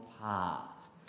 past